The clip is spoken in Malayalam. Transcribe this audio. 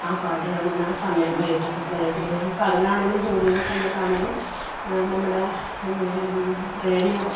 ആ പാട്ടുകൾ ഞാനാ സമയം വൈകിട്ടൊക്കെ എപ്പോഴെലും പിന്നെ ഞാൻ പകലാണേലും ജോലി ചെയ്യുന്ന സമയത്താണേലും നമ്മുടെ റേഡിയോ